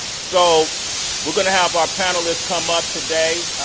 so we're going to have our panelists come up today.